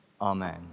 amen